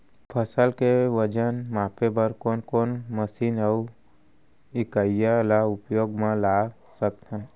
फसल के वजन मापे बर कोन कोन मशीन अऊ इकाइयां ला उपयोग मा ला सकथन?